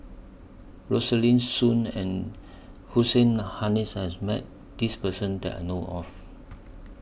Rosaline Soon and Hussein Haniff has Met This Person that I know of